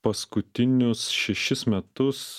paskutinius šešis metus